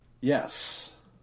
Yes